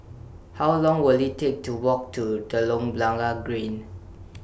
How Long Will IT Take to Walk to Telok Blangah Green